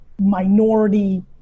minority